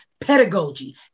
pedagogy